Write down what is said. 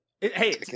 hey